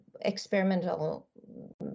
experimental